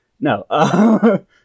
No